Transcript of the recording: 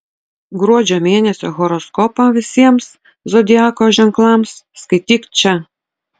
gruodžio mėnesio horoskopą visiems zodiako ženklams skaityk čia